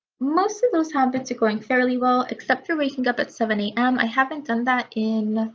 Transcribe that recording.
most of those habits are going fairly well except for waking up at seven a m. i haven't done that in.